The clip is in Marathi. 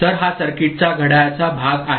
तर हा सर्किटचा घड्याळाचा भाग आहे